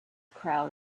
crowd